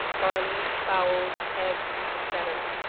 barley, fowls, eggs, etc.